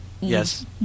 yes